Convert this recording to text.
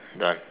done